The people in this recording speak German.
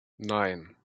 nein